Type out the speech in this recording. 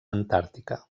antàrtica